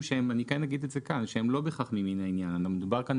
לחלוטין ולא מדובר על